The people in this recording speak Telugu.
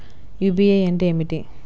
యూ.పీ.ఐ అంటే ఏమిటీ?